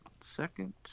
second